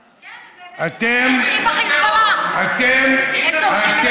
כן, הם באמת תומכים בחיזבאללה, אתם, הם תומכים